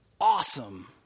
awesome